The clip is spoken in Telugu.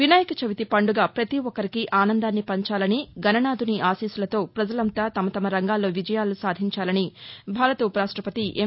వినాయక చవితి పండుగ పతి ఒక్కరికీ ఆనందాన్ని పంచాలనిగణనాథుని ఆశీస్సులతో ప్రజలంతా తమ తమ రంగాల్లో విజయాలు సాధించాలని భారత ఉపరాష్టపతి ఎం